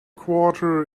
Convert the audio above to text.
quarter